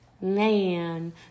man